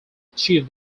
achieve